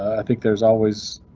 i think there's always.